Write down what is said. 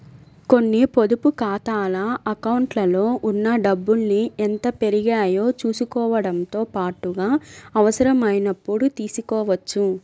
కొన్ని పొదుపు ఖాతాల అకౌంట్లలో ఉన్న డబ్బుల్ని ఎంత పెరిగాయో చూసుకోవడంతో పాటుగా అవసరమైనప్పుడు తీసుకోవచ్చు